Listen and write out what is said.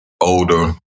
older